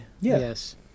Yes